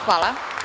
Hvala.